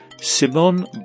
Simon